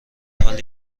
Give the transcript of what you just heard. حالی